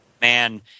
man